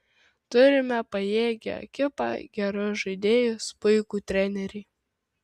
turime pajėgią ekipą gerus žaidėjus puikų trenerį